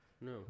No